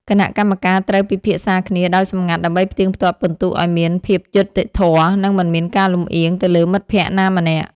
គណៈកម្មការត្រូវពិភាក្សាគ្នាដោយសម្ងាត់ ដើម្បីផ្ទៀងផ្ទាត់ពិន្ទុឱ្យមានភាពយុត្តិធម៌ និងមិនមានការលម្អៀងទៅលើមិត្តភក្តិណាម្នាក់។